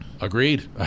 Agreed